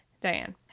Diane